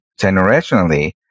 generationally